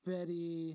Betty –